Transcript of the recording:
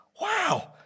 Wow